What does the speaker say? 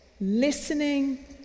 listening